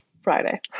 Friday